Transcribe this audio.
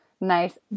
nice